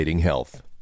health